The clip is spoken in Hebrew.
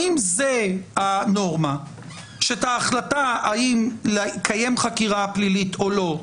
האם זה הנורמה שאת ההחלטה האם לקיים חקירה פלילית או לא,